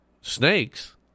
snakes